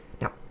Now